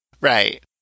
Right